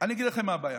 אני אגיד לכם מה הבעיה.